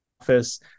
office